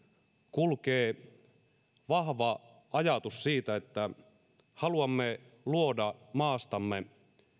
kulkee vahva ajatus siitä että haluamme luoda maastamme